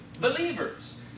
believers